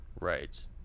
Right